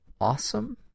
awesome